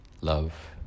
love